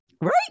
Right